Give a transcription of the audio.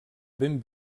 ben